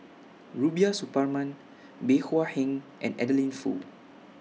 Rubiah Suparman Bey Hua Heng and Adeline Foo